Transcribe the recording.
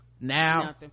now